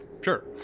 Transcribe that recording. sure